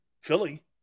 Philly